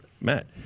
Matt